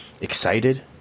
excited